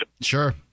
Sure